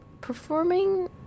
Performing